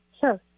Sure